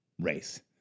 race